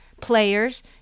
players